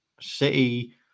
City